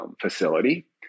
facility